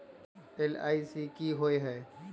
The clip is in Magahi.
एल.आई.सी की होअ हई?